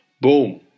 Boom